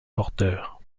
porteur